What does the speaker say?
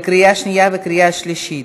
בקריאה שנייה וקריאה שלישית.